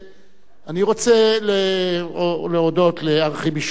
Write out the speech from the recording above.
אני רוצה להודות לארכיבישוף האריס שַרבּוֹניה,